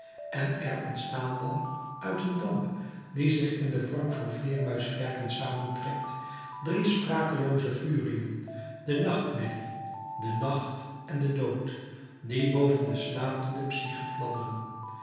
en er ontstaan dan uit een damp die zich in den vorm van vleermuizenvlerken samentrekt drie sprakelooze furiën de nachtmerrie de nacht en de dood die boven de slapende psyché fladderen